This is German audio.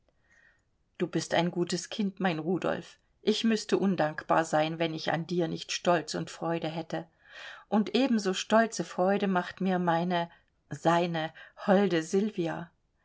du bist ein gutes kind mein rudolf ich müßte undankbar sein wenn ich an dir nicht stolz und freude hätte und ebenso stolze freude macht mir meine seine holde sylvia